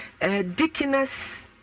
Dickiness